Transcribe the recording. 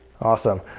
Awesome